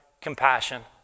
compassion